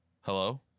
hello